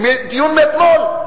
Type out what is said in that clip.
דיון מאתמול,